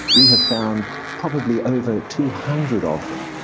we have found probably over two hundred of them.